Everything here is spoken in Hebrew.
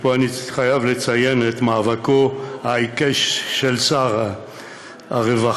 ופה אני חייב לציין את מאבקו העיקש של שר הרווחה,